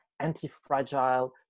anti-fragile